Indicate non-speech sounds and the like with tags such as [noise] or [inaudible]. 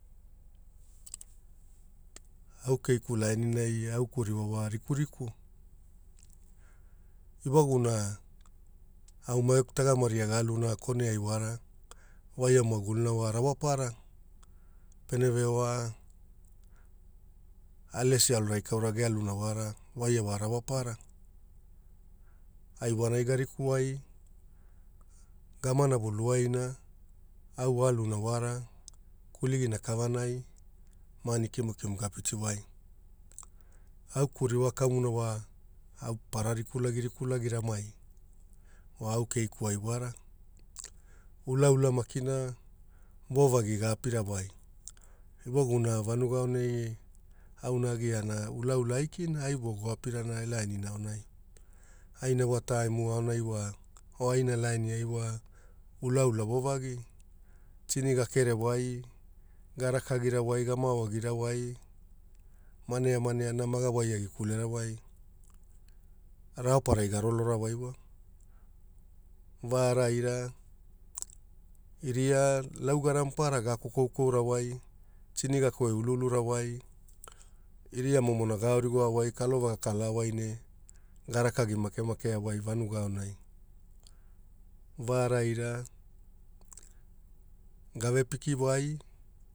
Au keiku laaniai a geku ririwa wa rikuriku ewaguna wa rawaparaa pene veoa, Alesi [unintelligible] gealuna wara waia wa rauapara ai vonai, garikuuwai gama navu luaina. Au aluna wara, kuligina kavanai magani kimukimu gapitiwai. Au geku ririwa kamuna wa au parara riku lagi riku lagi ramai au keikuai wara. Ulaula makina vovagi apirawai awaguna vanuga aonai, auna agiana ulaula aikina ai vogo apirana e lainina aonai. Aina votaimu aonai wa o aina lainiai wa ulaula vovagi, tini gakere wai. garakagira wai gema oa agira wai, maneamanea na mage waikule agira wai, rawapara garolorawai wa va araira, geria laugane maparara gakokorawai tini ga koe iluilura wai, iria momona gao rigoawai kalova gakalawai ne garakagi makemakea wai vanuga aonai varaira gave piki wai